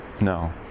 No